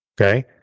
Okay